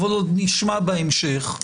אבל עוד נשמע בהמשך.